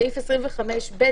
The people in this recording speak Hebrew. סעיף 25(ב)